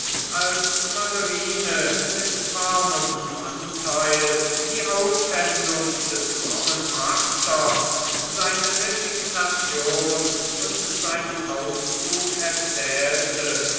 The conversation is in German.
als valerine mit warmem anteil die auspfändung des frommen pachters seine resignation und seinen auszug erzählte